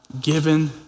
given